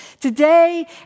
Today